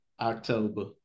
October